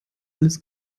alles